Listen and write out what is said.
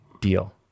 deal